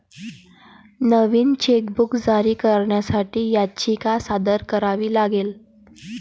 नवीन chequebook जारी करण्यासाठी याचिका सादर करावी लागेल